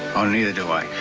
oh, neither do i.